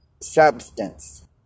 substance